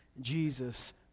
Jesus